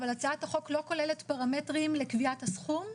אבל הצעת החוק לא כוללת פרמטרים לקביעת הסכום,